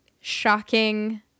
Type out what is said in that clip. shocking